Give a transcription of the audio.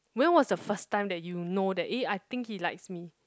when was the first time that you know that eh I think he likes me